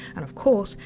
and of course,